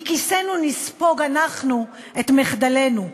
מכיסנו נספוג אנחנו את מחדלינו.